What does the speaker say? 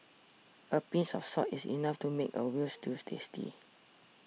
a pinch of salt is enough to make a Veal Stew tasty